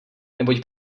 neboť